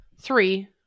three